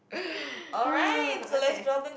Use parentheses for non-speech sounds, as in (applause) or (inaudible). (noise) okay